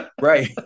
Right